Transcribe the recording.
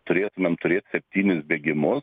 turėtumėm turėt septynis bėgimus